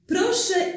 Proszę